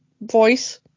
voice